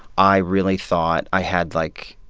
i really thought i had, like,